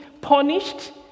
punished